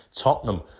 Tottenham